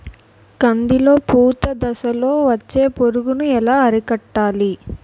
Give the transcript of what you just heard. కందిలో పూత దశలో వచ్చే పురుగును ఎలా అరికట్టాలి?